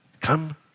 Come